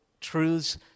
truths